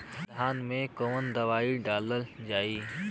धान मे कवन दवाई डालल जाए?